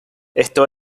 esto